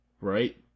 right